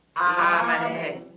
Amen